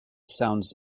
sounds